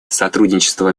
сотрудничество